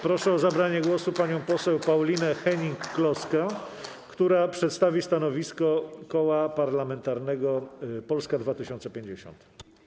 Proszę o zabranie głosu panią poseł Paulinę Hennig-Kloskę, która przedstawi stanowisko Koła Parlamentarnego Polska 2050.